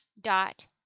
dot